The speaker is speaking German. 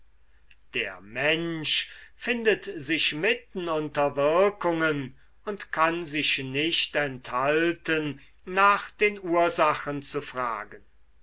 der mensch findet sich mitten unter wirkungen und kann sich nicht enthalten nach den ursachen zu fragen